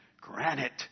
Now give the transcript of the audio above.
granite